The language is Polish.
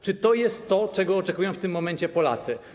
Czy to jest to, czego oczekują w tym momencie Polacy?